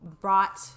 brought